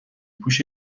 پوش